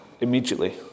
immediately